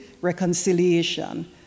reconciliation